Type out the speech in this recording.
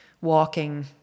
walking